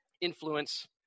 influence